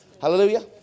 hallelujah